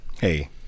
hey